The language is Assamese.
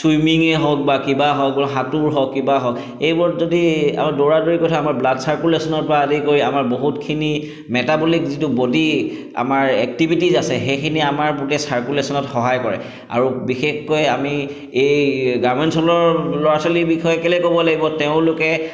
ছুইমিঙে হওক বা কিবা হওক বা সাঁতোৰ হওক কিবা হওক এইবোৰত যদি আৰু দৌৰা দৌৰি কৰি থাকিলে আমাৰ ব্লাড চাৰ্কুলেশ্যনৰ পৰা আদি কৰি আমাৰ বহুতখিনি মেটাবলিক যিটো বডী আমাৰ এক্টিভিটিছ আছে সেইখিনি আমাৰ বডীয়ে চাৰ্কুলেশ্যনত সহায় কৰে আৰু বিশেষকৈ আমি এই গ্ৰামাঞ্চলৰ ল'ৰা ছোৱালীৰ বিষয়ে কেলৈ ক'ব লাগিব তেওঁলোকে